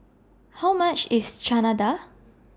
How much IS Chana Dal